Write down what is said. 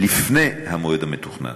לפני המועד המתוכנן.